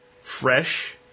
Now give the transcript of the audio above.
fresh